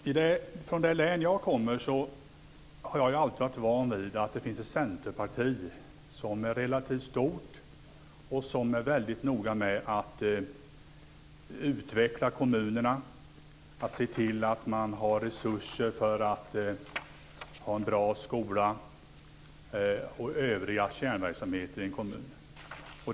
Fru talman! I det län som jag kommer från har jag alltid varit van vid att det finns ett centerparti som är relativt stort och som är väldigt noga med att utveckla kommunerna samt se till att man har resurser för en bra skola och för övriga kärnverksamheter i en kommun.